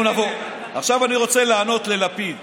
עכשיו אני רוצה לענות ללפיד